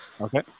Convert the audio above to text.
Okay